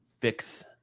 fix